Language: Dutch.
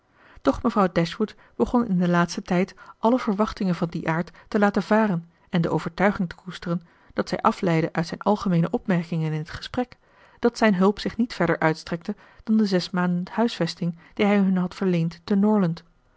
doch mevrouw dashwood begon in den laatsten tijd alle verwachtingen van dien aard te laten varen en de overtuiging te koesteren die zij afleidde uit zijn algemeene opmerkingen in het gesprek dat zijn hulp zich niet verder uitstrekte dan de zes maanden huisvesting die hij hun had verleend